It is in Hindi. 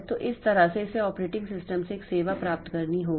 तो इस तरह से इसे ऑपरेटिंग सिस्टम से एक सेवा प्राप्त करनी होगी